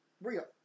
real